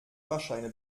fahrscheine